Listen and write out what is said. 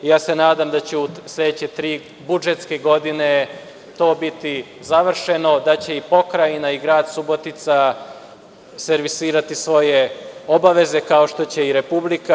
Nadam se da će sledeće tri budžetske godine biti završeno, da će i pokrajina i Grad Subotica servisirati svoje obaveze, kao što će i Republika.